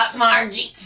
ah margie!